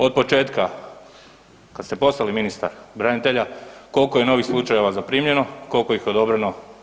Otpočetka kad ste postali ministar branitelja, koliko je novih slučajeva zaprimljeno, koliko ih je odobreno?